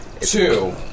Two